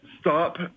stop